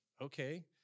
okay